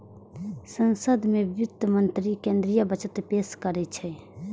संसद मे वित्त मंत्री केंद्रीय बजट पेश करै छै